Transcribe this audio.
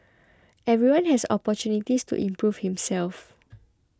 everyone has opportunities to improve himself